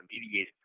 mediated